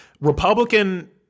Republican